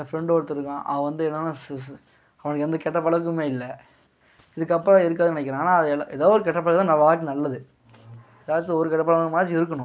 என் friend ஒருத்தன் இருக்கான் அவன் வந்து என்னென்னா அவனுக்கு எந்த கெட்ட பழக்கமுமே இல்லை இதுக்கப்பறம் இருக்காதுன்னு நினைக்கிறேன் ஆனால் அது எதோ ஒரு கெட்ட பழக்கம் நம் வாழ்க்கையில நல்லது எதாச்சும் ஒரு கெட்ட பழக்கமாச்சும் இருக்கணும்